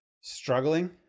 struggling